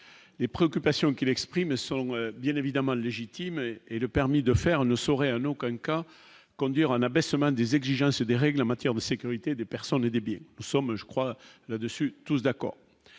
les préoccupations qu'il exprimait selon bien évidemment légitime et le permis de faire ne saurait un aucun cas conduire un abaissement des exigences des règles en matière de sécurité des personnes et débile, nous sommes je crois là-dessus tous d'accord,